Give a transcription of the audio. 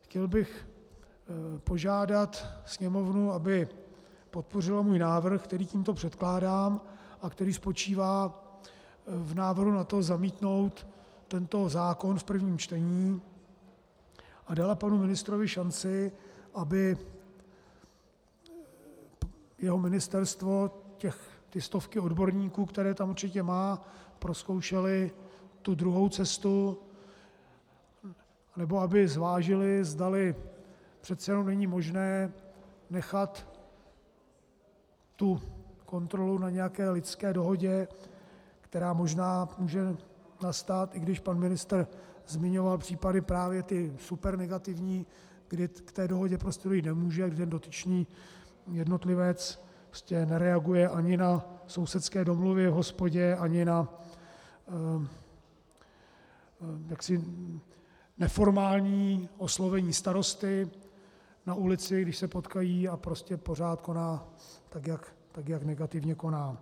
Chtěl bych požádat Sněmovnu, aby podpořila můj návrh, který tímto předkládám a který spočívá v návrhu na to zamítnout tento zákon v první čtení, a dala panu ministrovi šanci, aby jeho ministerstvo, ty stovky odborníků, které tam určitě má, prozkoušely tu druhou cestu, nebo aby zvážily, zdali přece jenom není možné nechat tu kontrolu na nějaké lidské dohodě, která možná může nastat, i když pan ministr zmiňoval případy právě ty supernegativní, kdy k té dohodě prostě dojít nemůže a kdy ten dotyčný jednotlivec nereaguje ani na sousedské domluvy v hospodě ani na neformální oslovení starosty na ulici, když se potkají, a prostě pořád koná, tak jak negativně koná.